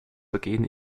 vergehen